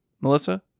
Melissa